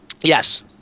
Yes